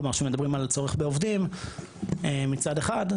כלומר שמדברים על הצורך בעובדים מצד אחד,